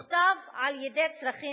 מוכתב על-ידי צרכים ביטחוניים.